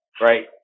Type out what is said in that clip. right